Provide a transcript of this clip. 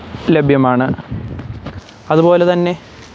ലഭ്യമാണ് അതുപോലെ തന്നെ